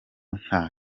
nta